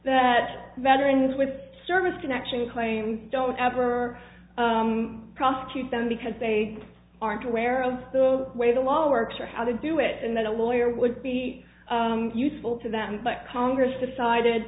that veterans with service connection claim don't ever prosecute them because they aren't aware of the way the law works or how to do it and that a lawyer would be useful to them but congress decided